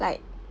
like